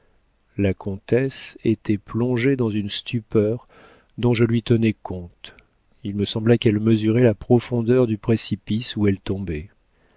la comtesse était plongée dans une stupeur dont je lui tenais compte il me sembla qu'elle mesurait la profondeur du précipice où elle tombait